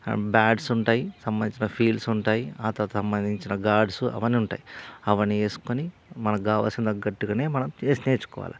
bats ఉంటాయి సంబంధించిన fields ఉంటాయి ఆ తరువాత సంబంధించిన గార్డ్సు అవన్నీ ఉంటాయి అవన్నీ వేసుకొని మనకు కావాల్సిన తగ్గట్టుగానే మనం నేర్చుకోవాలి